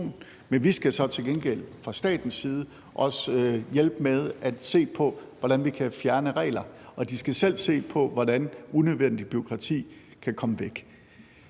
men vi skal så til gengæld fra statens side også hjælpe med at se på, hvordan vi kan fjerne regler. Og de skal selv se på, hvordan unødvendigt bureaukrati kan komme væk.